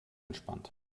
entspannt